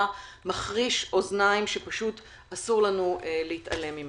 מחריש אוזניים שאסור לנו להתעלם ממנו.